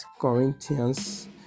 Corinthians